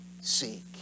seek